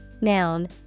Noun